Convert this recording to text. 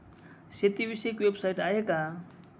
शेतीविषयक वेबसाइट आहे का?